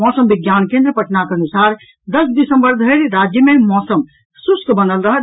मौसम विज्ञान केंद्र पटनाक अनुसार दस दिसंबर धरि राज्य मे मौसम शुष्क बनल रहत